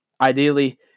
Ideally